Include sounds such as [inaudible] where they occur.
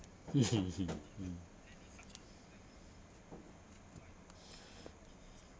[laughs] mm [breath]